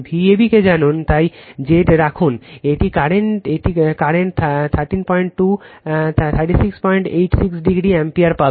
তাই Vabকে জানুন তাই Z রাখুন এটি কারেন্ট 132 3687o অ্যাম্পিয়ার পাবেন